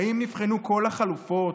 האם נבחנו כל החלופות?